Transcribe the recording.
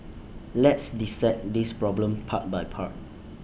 let's dissect this problem part by part